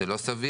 זה לא סביר.